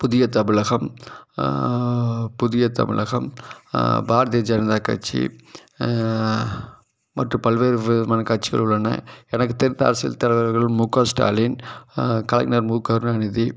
புதிய தமிழகம் புதிய தமிழகம் பாரதிய ஜனதா கட்சி மற்றும் பல்வேறு விதமான கட்சிகள் உள்ளன எனக்குத் தெரிந்த அரசியல் தலைவர்கள் மு க ஸ்டாலின் கலைஞர் மு கருணாநிதி